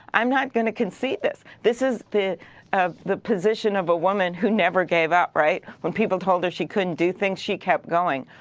um not going to concede this. this is the ah the position of a woman who never gave up, right? when people told her she couldnt do things she kept going.